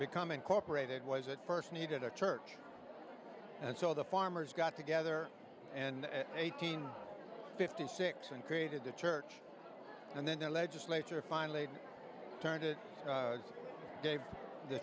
become incorporated was it first needed a church and so the farmers got together and eight hundred fifty six and created the church and then the legislature finally turned it dave the